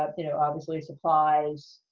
ah you know, obviously supplies.